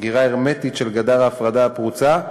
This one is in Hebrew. סגירה הרמטית של גדר ההפרדה הפרוצה,